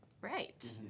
right